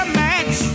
match